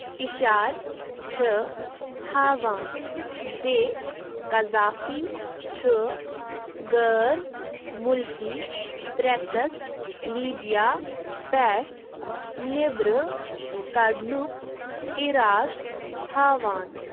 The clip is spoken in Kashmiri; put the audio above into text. اِشارٕ چھِ ہاوان زِ قذافی چھُ غٲر مُلکی پریسَس لیبیا پٮ۪ٹھ نٮ۪بَرٕ کڑنُک اِراد تھاوان